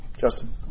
Justin